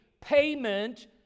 payment